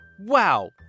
wow